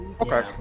Okay